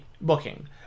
booking